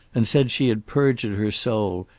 and said she had perjured her soul,